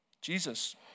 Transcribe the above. Jesus